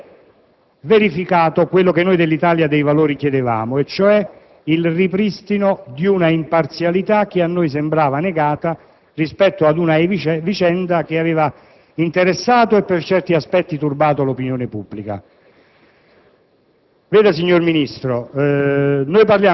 perché nel Consiglio dei ministri di venerdì ultimo scorso si è verificato quello che noi dell'Italia dei Valori chiedevamo, ossia il ripristino di un'imparzialità che ci sembrava negata rispetto ad una vicenda che aveva interessato - e, per certi aspetti, turbato - l'opinione pubblica.